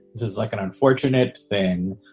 this is like an unfortunate thing.